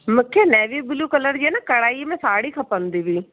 मूंखे navy blue colour जी आहे न कड़ाई में साड़ी खपंदी हुई